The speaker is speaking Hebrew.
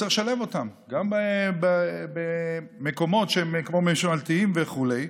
צריך לשלב אותם גם במקומות ממשלתיים וכו',